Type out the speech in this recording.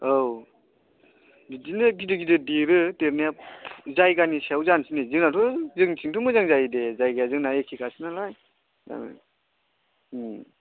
औ बिदिनो गिदिर गिदिर देरो देरनाया जायगानि सायाव जानोसै नै जोंनाथ' जोंनिथिंथ' मोजां जायो दे जायगाया जोंना एखेखासो नालाय